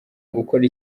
gukora